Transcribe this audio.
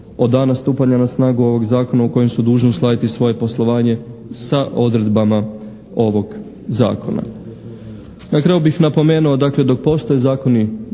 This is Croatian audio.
dana stupanja na snagu ovog Zakona u kojem su dužni uskladiti svoje poslovanje sa odredbama ovog Zakona. Na kraju bih napomenuo dakle dok postoji zakoni